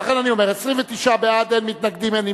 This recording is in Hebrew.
לכן אני אומר, 29 בעד, אין מתנגדים, אין נמנעים.